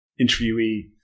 interviewee